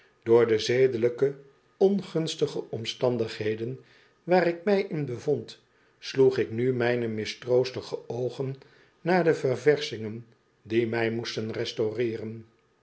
door de zedelijk ongunstige omstandigheden waar ik mij in bevond sloeg ik nu mijne mistroostige oogen naar de ververschingen die mij moesten restaureeren